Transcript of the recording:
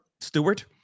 Stewart